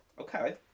Okay